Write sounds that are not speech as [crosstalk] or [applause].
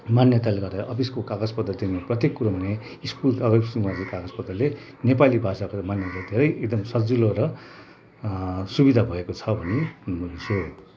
मान्यताले गर्दा अफिसको कागज पत्रदेखि प्रत्येक कुरामा नै स्कुल अगर स्कुलमा चाहिँ कागज पत्रले नेपाली भाषाको मान्यता धेरै एकदम सजिलो र सुविधा भएको छ भन्ने [unintelligible]